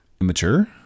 Immature